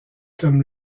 comme